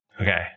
Okay